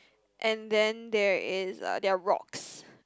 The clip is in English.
and then there is uh there are rocks